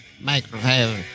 microphone